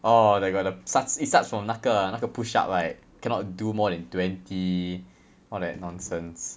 orh they got the starts~ it starts from 那个那个 push up right cannot do more than twenty all that nonsense